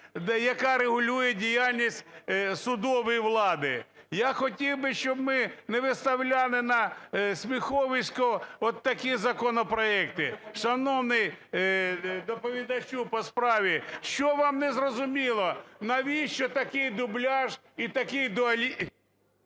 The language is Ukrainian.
яка регулює діяльність судової влади. Я хотів би, щоб ми не виставляли на сміховисько от такі законопроекти. Шановний доповідачу по справі, що вам не зрозуміло? Навіщо такий дубляж і такий…